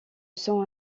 sont